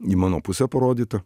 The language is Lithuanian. į mano pusę parodyta